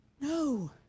No